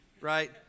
right